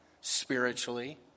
spiritually